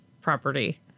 property